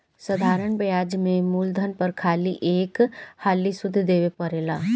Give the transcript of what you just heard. साधारण ब्याज में मूलधन पर खाली एक हाली सुध देवे परेला